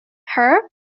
her